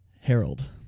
Harold